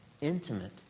intimate